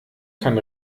kann